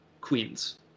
queens